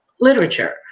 literature